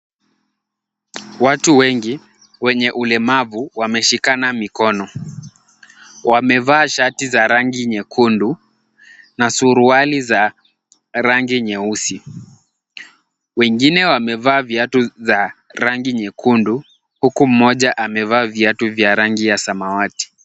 Watu wengi wenye ulemavu wameshikana mikono. Wamevaa shati za rangi nyekundu na suruali za rangi nyeusi. Wengine wamevaa viatu za rangi nyekundu, huku mmoja amevaa viatu vya rangi ya samawati.